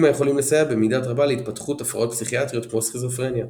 היכולים לסייע במידה רבה להתפתחות הפרעות פסיכיאטריות כמו סכיזופרניה.